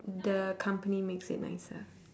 the company makes it nicer